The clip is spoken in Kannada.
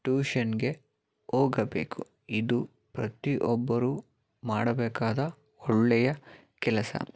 ಟ್ಯೂಷನ್ಗೆ ಹೋಗಬೇಕು ಇದು ಪ್ರತಿ ಒಬ್ಬರೂ ಮಾಡಬೇಕಾದ ಒಳ್ಳೆಯ ಕೆಲಸ